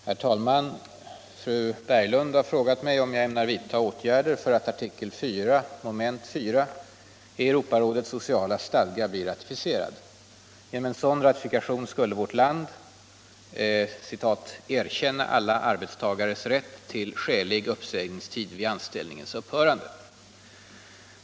Herr talman! Fru Berglund har frågat mig om jag ämnar vidta åtgärder för att artikel 4 mom. 4 i Europarådets sociala stadga blir ratificerad. Genom en sådan ratifikation skulle vårt land ”erkänna alla arbetstagares rätt till skälig uppsägningstid vid anställningens upphörande”.